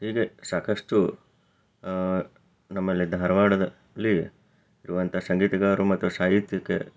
ಹೀಗೆ ಸಾಕಷ್ಟು ನಮ್ಮಲ್ಲಿ ಧಾರವಾಡದಲ್ಲಿ ಇರುವಂಥ ಸಂಗೀತಗಾರರು ಮತ್ತು ಸಾಹಿತ್ಯಕ್ಕೆ